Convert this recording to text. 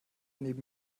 neben